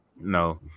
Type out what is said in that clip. No